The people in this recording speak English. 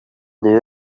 knew